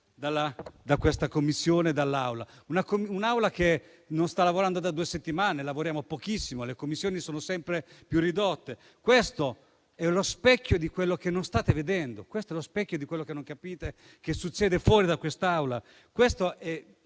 da questa Commissione e dall'Aula. L'Assemblea che non sta lavorando da due settimane. Lavoriamo pochissimo, le sedute di Commissione sono sempre più ridotte: questo è lo specchio di quello che non state vedendo. Questo è lo specchio di quello che non capite e che succede fuori da quest'Aula. Questa è